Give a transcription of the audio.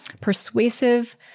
persuasive